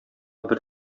бер